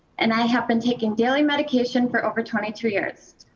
and i have been taking daily medication for over twenty two years.